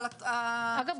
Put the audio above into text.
אבל --- אגב,